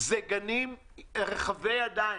אלה גנים רחבי ידיים.